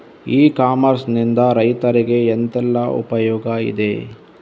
E commerce ನಿಂದ ರೈತರಿಗೆ ಎಂತೆಲ್ಲ ಉಪಯೋಗ ಇದೆ?